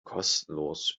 kostenlos